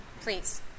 Please